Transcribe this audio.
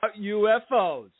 UFOs